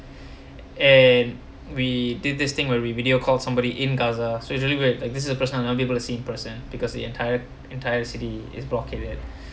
and we did this thing where we video called somebody in gaza so usually where like this is the first time I will see in person because the entire entire city is blocking it